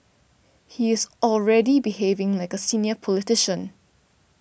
he is already behaving like a senior politician